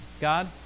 God